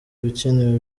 ibikenewe